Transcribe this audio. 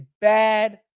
bad